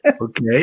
Okay